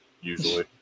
usually